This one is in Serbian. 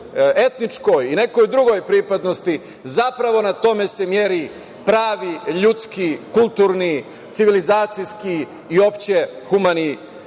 etničkoj i nekoj drugoj pripadnosti, zapravo na tome se meri pravi ljudski, kulturni, civilizacijski i uopšte humani